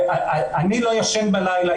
ואני לא ישן בלילה.